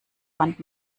wand